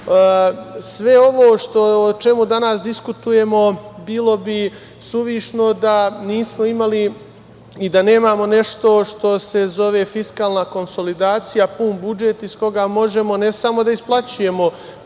ovo o čemu danas diskutujemo bilo bi suvišno da nismo imali i da nemamo nešto što se zove fiskalna konsolidacija, pun budžet iz koga možemo, ne samo da isplaćujemo